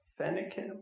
Fennekin